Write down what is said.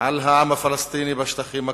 על העם הפלסטיני בשטחים הכבושים,